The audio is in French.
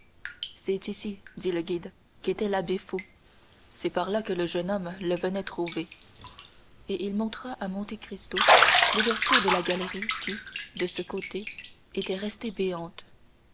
c'est ici dit le guide qu'était l'abbé fou c'est par là que le jeune homme le venait trouver et il montra à monte cristo l'ouverture de la galerie qui de ce côté était restée béante